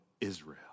Israel